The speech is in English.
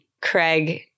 Craig